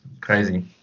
Crazy